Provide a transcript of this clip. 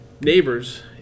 neighbors